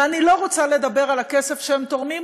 ואני לא רוצה לדבר על הכסף שהם תורמים,